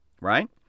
right